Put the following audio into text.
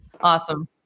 Awesome